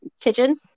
kitchen